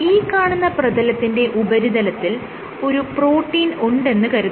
ഈ കാണുന്ന പ്രതലത്തിന്റെ ഉപരിതലത്തിൽ ഒരു പ്രോട്ടീൻ ഉണ്ടെന്ന് കരുതുക